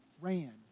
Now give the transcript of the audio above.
ran